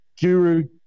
Guru